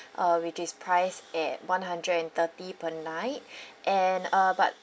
uh with this priced at one hundred and thirty per night and uh but